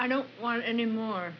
i don't want any more